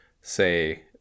say